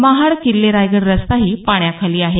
महाड किल्ले रायगड रस्ताही पाण्याखाली आहे